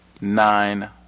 nine